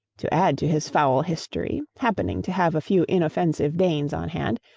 to add to his foul history, happening to have a few inoffensive danes on hand,